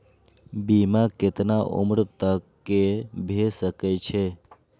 बीमा केतना उम्र तक के भे सके छै?